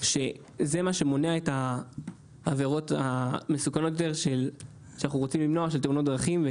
נהג וזה מה שמונע את העבירות המסוכנות של תאונות דרכים אותן